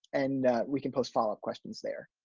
and we can post follow-up questions there.